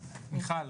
מיכל,